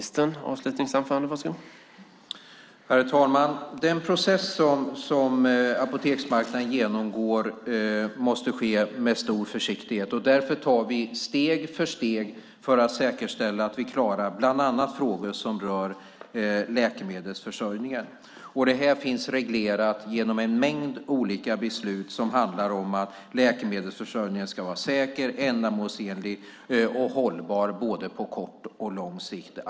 Herr talman! Den process som apoteksmarknaden genomgår måste ske med stor försiktighet. Därför tar vi steg för steg för att säkerställa att vi klarar bland annat frågor som rör läkemedelsförsörjningen. Det här finns reglerat genom en mängd olika beslut som handlar om att läkemedelsförsörjningen ska vara säker, ändamålsenlig och hållbar, på både kort och lång sikt.